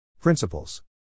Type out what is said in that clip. Principles